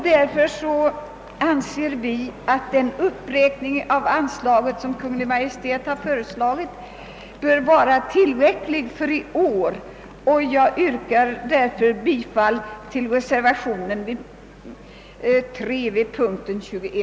Därför anser vi att den uppräkning av anslaget som Kungl. Maj:t har föreslagit bör vara tillräcklig för i år, och jag ber att få yrka bifall till reservationen 3.